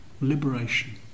liberation